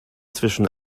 zwischen